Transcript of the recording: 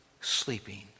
sleeping